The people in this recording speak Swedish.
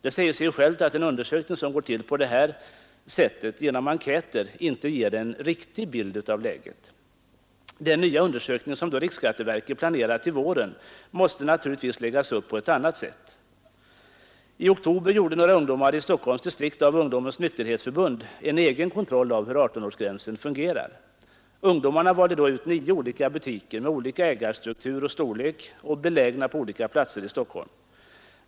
Det säger sig självt att en undersökning som sker genom enkäter inte ger en riktig bild av läget. Den nya undersökning som riksskatteverket planerar till våren måste naturligtvis läggas upp på ett annat sätt. I oktober gjorde några ungdomar i Stockholms distrikt av Ungdomens nykterhetsförbund en egen kontroll av hur 18-årsgränsen fungerar. Ungdomarna valde då ut nio olika butiker med olika ägarstruktur och storlek belägna på olika platser i Stockholm.